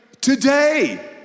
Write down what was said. today